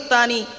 Tani